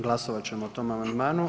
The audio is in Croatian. Glasovat ćemo o tome amandmanu.